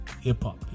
hip-hop